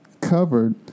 covered